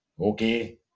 Okay